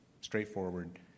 straightforward